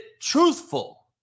truthful